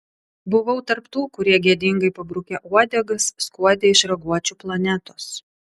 buvau tarp tų kurie gėdingai pabrukę uodegas skuodė iš raguočių planetos